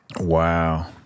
Wow